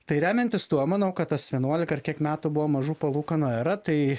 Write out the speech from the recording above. tai remiantis tuo manau kad tas vienuolika ar kiek metų buvo mažų palūkanų era tai